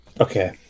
okay